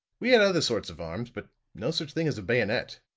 we had other sorts of arms, but no such thing as a bayonet.